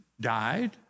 died